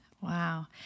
wow